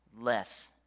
less